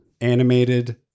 animated